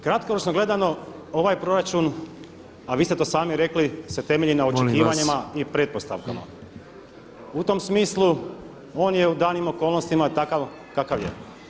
Kratkoročno gledano ovaj proračun, a vi ste to sami rekli se temelji na očekivanjima i pretpostavkama [[Upadica predsjednik: Molim vas!]] U tom smislu on je u danim okolnostima takav kakav je.